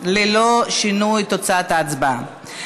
ללא שינוי תוצאת ההצבעה.